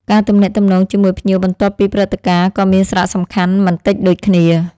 ការទំនាក់ទំនងជាមួយភ្ញៀវបន្ទាប់ពីព្រឹត្តិការណ៍ក៏មានសារៈសំខាន់មិនតិចដូចគ្នា។